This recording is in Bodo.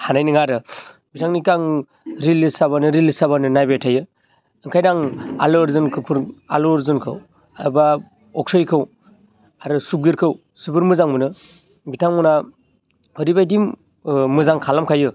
हानाय नङा आरो बिथांनिखौ आं रेलिस्ट जाबोनो रेलिस्ट जाबोनाय नायबाय थायो ओंखायनो आं आलु अर्जुनखौ आलु अर्जुनखौ एबा अक्षसयखौ आरो सुगबिरखौ जोबोर मोजां मोनो बिथांमोनहा ओरैबायदि मोजां खालामखायो